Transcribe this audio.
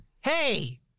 Hey